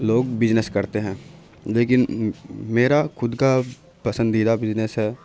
لوگ بزنس کرتے ہیں لیکن میرا خود کا پسندیدہ بزنس ہے